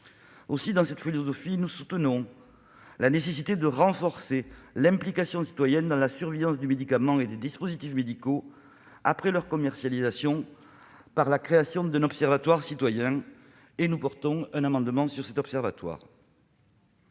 Dans cette philosophie, nous soutenons la nécessité de renforcer l'implication citoyenne dans la surveillance des médicaments et des dispositifs médicaux après leur commercialisation par la création d'un observatoire citoyen. Nous défendrons un amendement sur ce point.